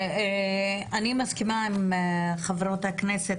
אני מסכימה עם חברות הכנסת.